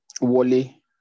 Wally